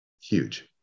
huge